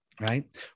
Right